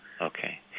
Okay